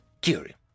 Curie